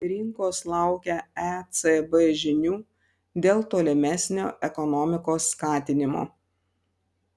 rinkos laukia ecb žinių dėl tolimesnio ekonomikos skatinimo